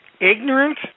ignorant